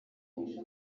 kandi